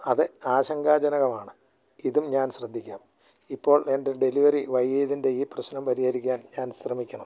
അത് ആശങ്കാജനകമാണ് ഇതും ഞാൻ ശ്രദ്ധിക്കാം ഇപ്പോൾ എന്റെ ഡെലിവറി വൈകിയതിന്റെ ഈ പ്രശ്നം പരിഹരിക്കാൻ ഞാൻ ശ്രമിക്കണം